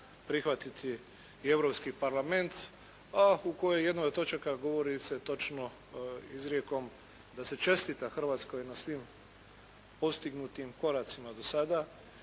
prihvatiti i Europski parlament a u kojoj jednoj od točaka govori se točno izrijekom da se čestita Hrvatskoj na svim postignutim koracima do sada.